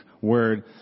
word